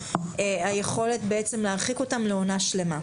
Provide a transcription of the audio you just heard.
יכולת להרחיק אותם לעונה שלימה.